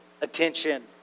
attention